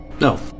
No